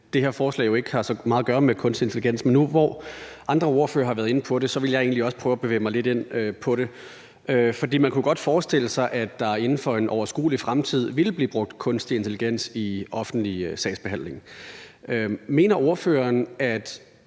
det her forslag jo ikke har så meget at gøre med kunstig intelligens, men nu, hvor andre ordførere har været inde på det, vil jeg egentlig også prøve at bevæge mig lidt ind på det. For man kunne godt forestille sig, at der inden for en overskuelig fremtid ville blive brugt kunstig intelligens i offentlig sagsbehandling. Mener ordføreren, at